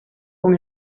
con